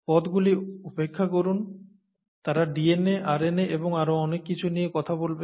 পদগুলি উপেক্ষা করুন তারা ডিএনএ আরএনএ এবং আরও অনেক কিছু নিয়ে কথা বলবে